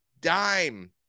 dime